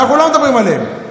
אנחנו לא מדברים על אלה.